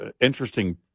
interesting